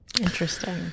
interesting